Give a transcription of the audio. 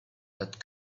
that